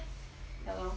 ya lor